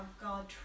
God